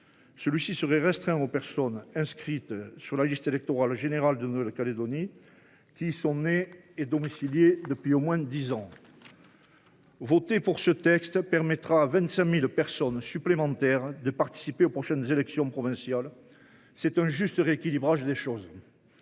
celui ci serait restreint aux personnes inscrites sur la liste électorale générale de Nouvelle Calédonie, qui y sont nées ou domiciliées depuis au moins dix ans. L’adoption de ce texte permettra à 25 000 personnes supplémentaires de participer aux prochaines élections provinciales. C’est un juste rééquilibrage.